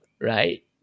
right